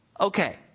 okay